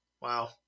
Wow